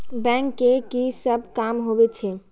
Bank के की सब काम होवे छे?